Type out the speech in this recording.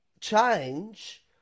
change